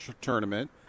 tournament